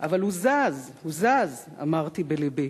'אבל הוא זז, הוא זז', אמרתי בלבי /